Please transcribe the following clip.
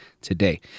today